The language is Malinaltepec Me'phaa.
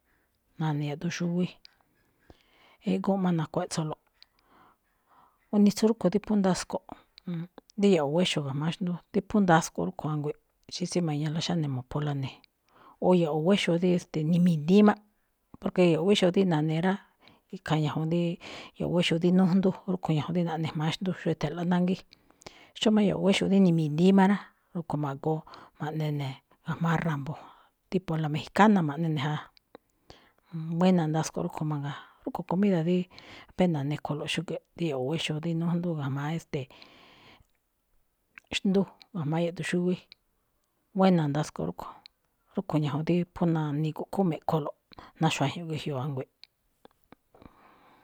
Ma̱ne̱ yaꞌduun xúwí, e̱ꞌgún máꞌ nakuéꞌtsólo̱. Gunitsu rúꞌkho̱ dí phú ndasko̱ꞌ, dí ya̱ꞌwó wéyoo ga̱jma̱á xndú. Dí phú ndasko̱ꞌ rúꞌkhue̱n a̱ngui̱nꞌ. Xí tsíma̱ñalaꞌ xáne mo̱pholaꞌ ne̱, o ya̱ꞌwo̱ wéxoo dí, e̱ste̱e̱, ni̱mi̱di̱í máꞌ, porque ya̱ꞌwo̱ wéxoo dí na̱ꞌne rá, ikhaa ñajuun díí ya̱ꞌwo̱ wéxoo dí nújndú, rúꞌkho̱ ñajuun rí naꞌne jma̱á xndú, xóo e̱tha̱nlo̱ꞌ nángí. Xómá ya̱ꞌwo̱ wéxoo dí ni̱mi̱di̱í má rá, rúꞌkho̱ ma̱goo ma̱ꞌne ne̱ ga̱jma̱á ra̱mbo̱, tipo a la mexicana, ma̱ꞌne ne̱ ja. Buéna̱ ndasko̱ꞌ rúꞌkho̱ mangaa, rúꞌkho̱ comida díí péna̱ nikholo̱ꞌ xúge̱ꞌ, dí ya̱ꞌwo̱o̱ wéxoo dí nújndú ga̱jma̱á, e̱ste̱e̱, xndú ga̱jma̱á yaꞌduun xúwí. Buéna̱ ndasko̱ꞌ rúꞌkho̱. Rúꞌkho̱ ñajuun dí phú na̱ni̱gu̱ꞌ khúún me̱ꞌkholo̱ꞌ, ná xuajñuꞌ ge̱jyoꞌ, a̱ngui̱nꞌ.